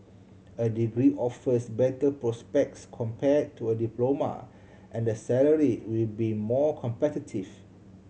a degree offers better prospects compare to a diploma and the salary will be more competitive